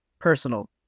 personal